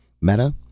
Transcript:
Meta